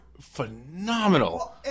phenomenal